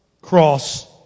cross